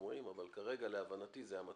אבל כרגע להבנתי זה המצב.